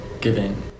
giving